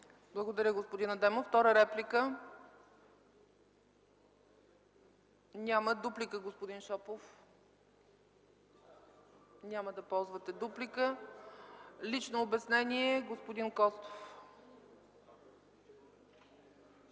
Благодаря, господин Адемов. Втора реплика? Няма. Дуплика, господин Шопов? Няма да ползвате дуплика. Лично обяснение – господин Костов. ИВАН